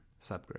subgroup